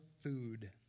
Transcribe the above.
food